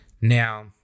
Now